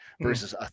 versus